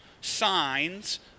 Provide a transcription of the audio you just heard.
signs